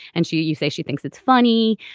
and she you you say she thinks it's funny.